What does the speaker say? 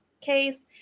case